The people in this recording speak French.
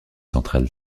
centrales